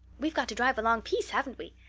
we've got to drive a long piece, haven't we?